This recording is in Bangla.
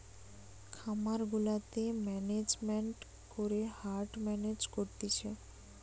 খামার গুলাতে ম্যানেজমেন্ট করে হার্ড মেনেজ করতিছে